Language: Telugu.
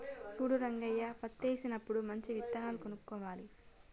చూడు రంగయ్య పత్తేసినప్పుడు మంచి విత్తనాలు కొనుక్కోవాలి